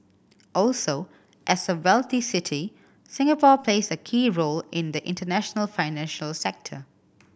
also as a wealthy city Singapore plays a key role in the international financial sector